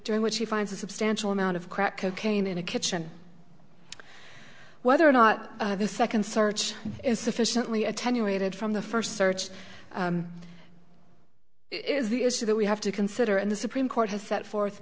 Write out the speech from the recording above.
during which he finds a substantial amount of crack cocaine in a kitchen whether or not the second search is sufficiently attenuated from the first search it is the issue that we have to consider and the supreme court has set forth